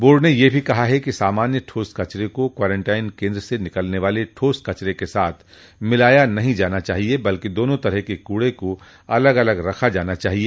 board ने यह भी कहा है कि सामान्य ठोस कचरे को क्वारेंटीन केन्द्र से निकलने वाले ठोस कचरे के साथ मिलाया नहीं जाना चाहिए बल्कि दोनों तरह के कूड़े को अलग अलग रखा जाना चाहिए